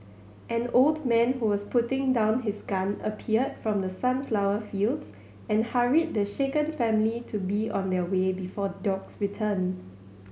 an old man who was putting down his gun appeared from the sunflower fields and hurried the shaken family to be on their way before the dogs return